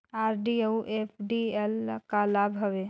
RD अऊ FD ल का लाभ हवे?